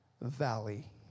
valley